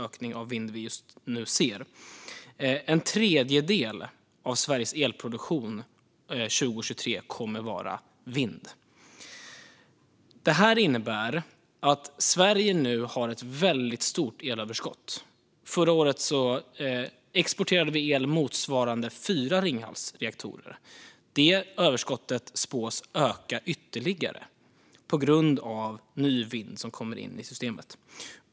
En tredjedel av Sveriges elproduktion kommer att komma från vind 2023. Det här innebär att Sverige nu har ett väldigt stort elöverskott. Förra året exporterade vi el motsvarande fyra Ringhalsreaktorer. Det överskottet spås öka ytterligare för att ny vind kommer in i systemet.